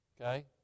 Okay